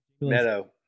Meadow